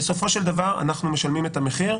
בסופו של דבר אנחנו משלמים את המחיר.